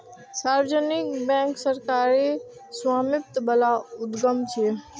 सार्वजनिक बैंक सरकारी स्वामित्व बला उद्यम छियै